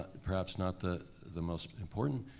perhaps not the the most important,